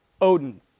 Odin